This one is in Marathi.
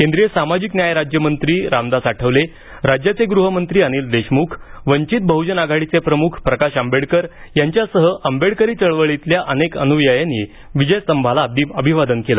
केंद्रीय सामाजिक न्याय राज्यमंत्री रामदास आठवले राज्याचे गृहमंत्री अनिल देशमुख वंचित बहजन आघाडीचे प्रमुख प्रकाश आंबेडकर यांच्यासह आंबेडकरी चळवळीतल्या अनेक अन्यायांनी विजयस्तंभाला अभिवादन केलं